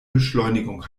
beschleunigung